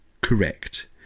correct